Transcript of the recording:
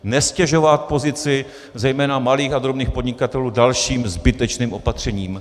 Neztěžovat pozici zejména malých a drobných podnikatelů dalším zbytečným opatřením.